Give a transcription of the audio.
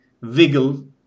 wiggle